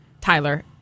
Tyler